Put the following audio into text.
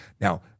Now